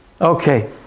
Okay